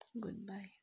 Goodbye